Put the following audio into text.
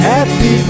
Happy